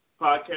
podcast